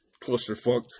clusterfuck